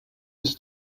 ist